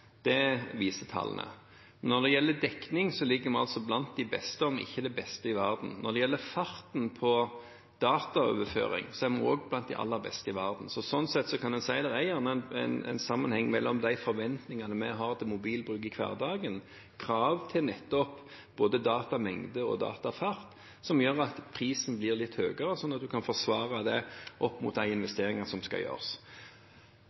det viser tallene. Når det gjelder dekning, er vi blant de beste, om ikke det beste, i verden. Når det gjelder farten på dataoverføring, er vi også blant de aller beste i verden. Slik sett kan en si at det gjerne er en sammenheng mellom forventningene vi har til mobilbruk i hverdagen, og krav til nettopp både datamengde og -fart, som gjør at prisen blir litt høyere, slik at en kan forsvare det opp mot de